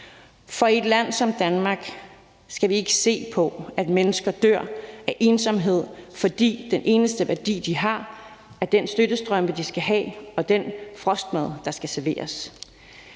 For i et land som Danmark skal vi ikke se på, at mennesker dør af ensomhed, fordi den eneste værdi, de har, er den støttestrømpe, de skal have, og den frostmad, der skal serveres.